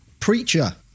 Preacher